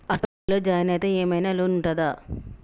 ఆస్పత్రి లో జాయిన్ అయితే ఏం ఐనా లోన్ ఉంటదా?